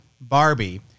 Barbie